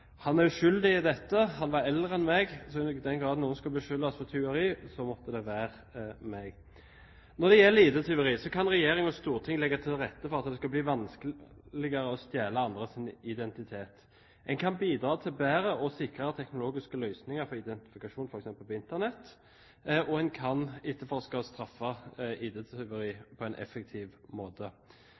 han. Han er uskyldig i dette. Han var eldre enn meg, så i den grad noen skal beskyldes for tyveri, måtte det være meg. Når det gjelder ID-tyveri, kan regjering og storting legge til rette for at det skal bli vanskeligere å stjele andres identitet. En kan bidra til bedre å sikre teknologiske løsninger for identifikasjon, f.eks. på Internett, og en kan etterforske og straffe ID-tyveri på en effektiv måte.